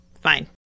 fine